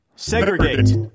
segregate